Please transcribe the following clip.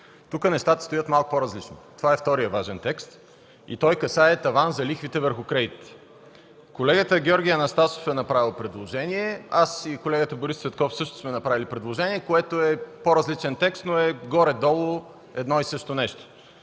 тук нещата стоят малко по-различно. Това е вторият важен текст и той касае тавана за лихвите върху кредитите. Колегата Георги Анастасов е направил предложение. Аз и колегата Борис Цветков също сме направили предложение, което е с по-различен текст, но е горе-долу едно и също нещо.